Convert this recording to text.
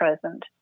present